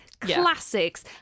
classics